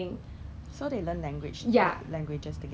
maybe they are trying to attract customers